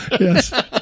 yes